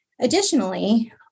Additionally